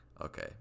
Okay